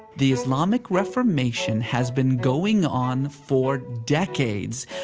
the islamic reformation has been going on for decades.